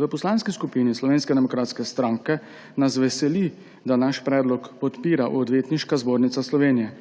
V Poslanski skupini Slovenske demokratske stranke nas veseli, da naš predlog podpira Odvetniška zbornica Slovenije.